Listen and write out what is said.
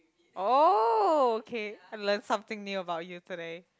oh okay I learn something new about you today